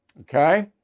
Okay